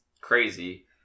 crazy